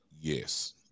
Yes